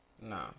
no